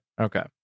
Okay